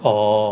orh